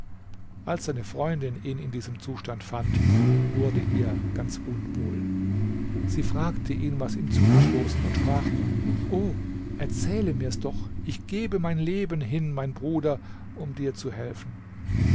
als seine freundin ihn in diesem zustand fand wurde ihr ganz unwohl sie fragte ihn was ihm zugestoßen und sprach o erzähle mir's doch ich gebe mein leben hin mein bruder um dir zu helfen